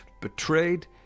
betrayed